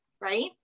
right